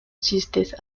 chistes